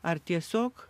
ar tiesiog